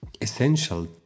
essential